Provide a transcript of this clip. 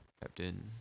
Captain